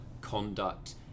conduct